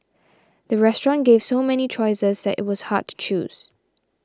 the restaurant gave so many choices that it was hard to choose